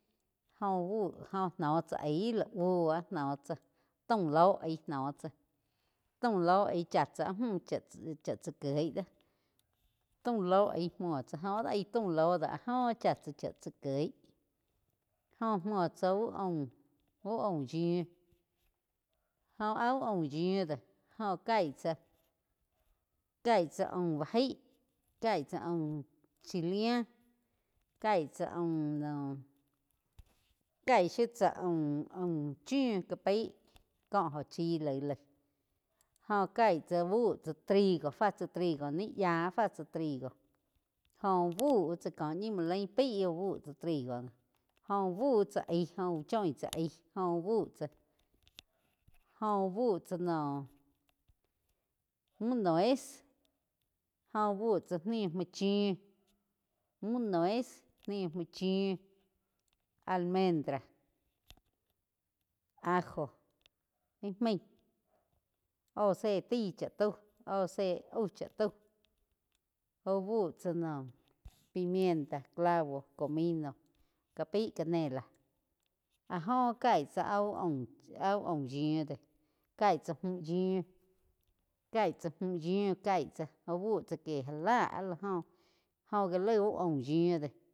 Jó uh bu jó nó tsá aig la búo noh tsá taum ló aig nóh tsáh, tau ló aí chá tsá áh mú cha tsa kieg do taum lo aí muo tsá gó áh aí taum ló áh jo cha tsá cha kieg jóh múo tsá uh aum. Bú aum yiu jóh áh úh aum yíu do jó caíg tsá caig tsá aum bá jaig kaih tsá aum chilea kaíg tsá aum-aum chiu ka pai có óh chí laig-laig gó kaig tsá úh bu tsá trigo fá tsá trigo ni yáh fá tsá trigo jóh úh bu tsá có ñi muo lain pai úh bu tsá trigo ój úh bu tsá aig óh uh choin tsá aig óh úh buh tsá. Óh uh bu tsá noh múh nuez jó úh bih tsá níh muo chiu mú nuez níh muo chiu almendra ajo íh maig óh zé taí cha tau, óh zé aú chá tau úh bu tsá noh pimienta, clavo, comino ká pái canela áh jo caig tsá áh úh aum, áh uh aum yíu de caig tsá múh yíu, caig tsá mú yiú caig tsá úh búh tsá kie já láh áh la joh jóh gá laig úh aum yiu do.